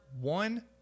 one